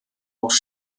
auch